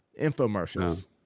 infomercials